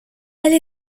elle